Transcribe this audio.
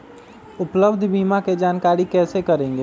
उपलब्ध बीमा के जानकारी कैसे करेगे?